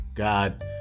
God